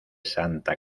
santa